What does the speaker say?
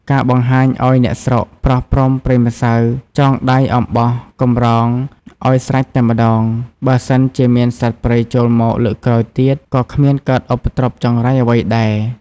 ការបង្ហាញអោយអ្នកស្រុកប្រោះព្រំប្រេងម្សៅចងដៃអំបោះកំរងអោយស្រេចតែម្តង បើសិនជាមានសត្វព្រៃចូលមកលើកក្រោយទៀតក៏គ្មានកើតឧបទ្រពចង្រៃអ្វីដែរ។